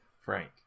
Frank